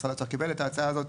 ומשרד האוצר קיבל את ההצעה הזאת,